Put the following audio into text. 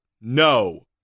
no